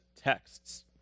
texts